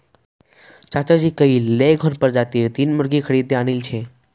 चाचाजी कइल लेगहॉर्न प्रजातीर तीन मुर्गि खरीदे आनिल छ